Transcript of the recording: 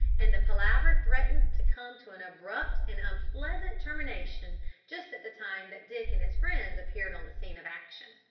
and the palaver threatened to come to an abrupt and unpleasant termination just at the time that dick and his friends appeared on the scene of action.